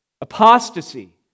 Apostasy